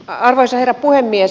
arvoisa herra puhemies